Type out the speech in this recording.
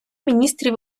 міністрів